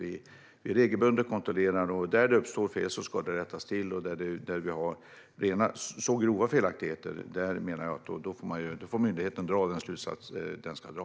Vi ska regelbundet kontrollera, och där fel uppstår ska de rättas till. Finns det grova felaktigheter får myndigheten dra den slutsats den ska dra.